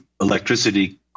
electricity